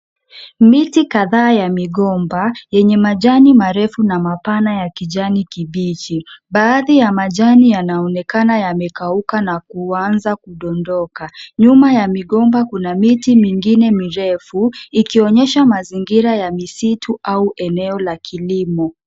Miti kadhaa ya migomba yenye majani marefu na mapana ya kijani kibichi, baadhi ya majani yanaonekana yamekauka na kuanza kudondoka. Nyuma ya migomba kuna miti mingine mirefu ikionyesha mazingira ya misitu au eneo la kilimo.